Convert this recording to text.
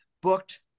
booked